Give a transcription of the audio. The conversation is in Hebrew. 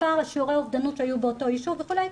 מספר שיעורי האובדנות שהיו באותו ישוב וכולי,